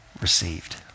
received